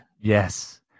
Yes